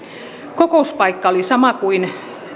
kokouspaikka oli sama kuin